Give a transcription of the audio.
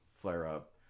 flare-up